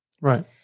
Right